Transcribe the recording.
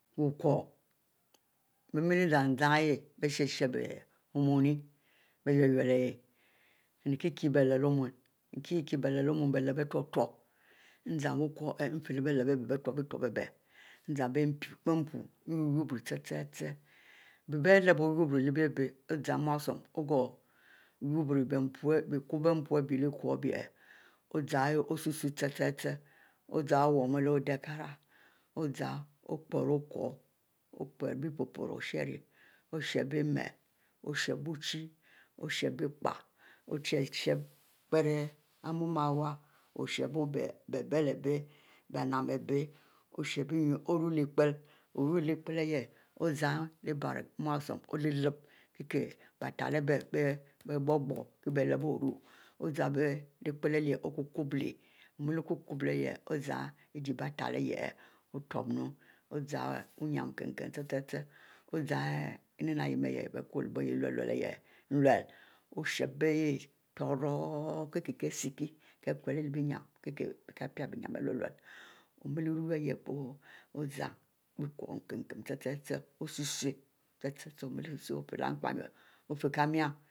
Buie corrh bie mie zan-zan ihieh bie chp-chp ihieh omuni ekie lep leh mune kie kieh bie lep omune bie utubie utbie zan biucor ihieh ifie leh bie lep zan bie mpuie, euiriri chie chie bie lebbo yupbuo ezan wusum nko yupbri-yupbri chie chie, nupbri bie mpule abie lep iko ifie leh odikara ozan opero kuwo okteh osiehbie mu osieh biuchie bie ekar osieh bie bie bleh ari bie ninne abie onu ikieple ihiel ozan lebro inu sum olpie-olehpie kie biutale abie bie ghoo-ghoo ozan lehpie okukuleh omele kukuleh ozan ije bie utele utib mu inime ari nyie ihiel ko leh biebon. nlur ochie ihieh tori kie kieh isekie kie bien yin kie lur lour ozan nkinn-kinne osusuh